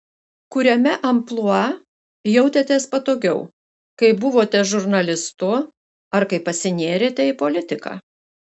kuriame amplua jautėtės patogiau kai buvote žurnalistu ar kai pasinėrėte į politiką